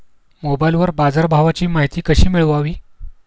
मोबाइलवर बाजारभावाची माहिती कशी मिळवावी?